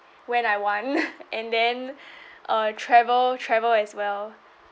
when I want and then uh travel travel as well